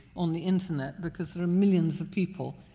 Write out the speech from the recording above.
on the internet, because there are millions of people